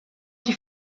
qui